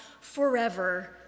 forever